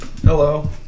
Hello